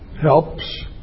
helps